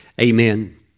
Amen